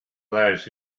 those